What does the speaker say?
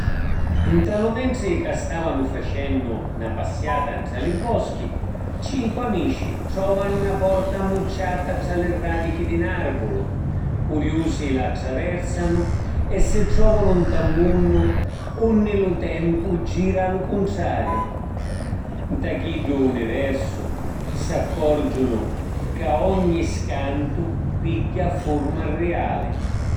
Nta lu mentri ca stavanu facennu na passiata ntra li boschi, cincu amici trovanu na porta ammucciata tra li radichi di n’arvulu. Curiusi la traversanu e si trovanu nta ‘n munnu unni lu tempu gira a lu cuntrariu. Nta chiddu universu, s’accorgiunu ca ogni scantu pigghia furma riali.